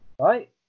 right